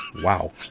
Wow